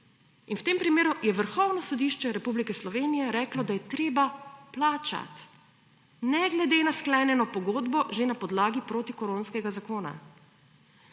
v tem primeru je Vrhovno sodišče Republike Slovenije reklo, da je treba plačat, ne glede na sklenjeno pogodbo, že na podlagi proti koronskega zakona.